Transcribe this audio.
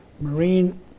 Marine